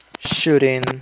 shooting